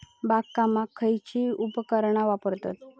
बागकामाक खयची उपकरणा वापरतत?